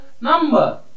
number